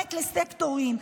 מתפרק לסקטורים,